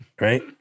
right